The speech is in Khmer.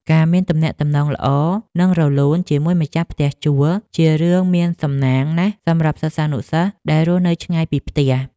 ការមានទំនាក់ទំនងល្អនិងរលូនជាមួយម្ចាស់ផ្ទះជួលជារឿងមានសំណាងណាស់សម្រាប់សិស្សានុសិស្សដែលរស់នៅឆ្ងាយពីផ្ទះ។